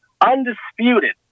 undisputed